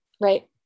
right